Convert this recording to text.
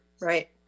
right